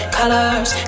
colors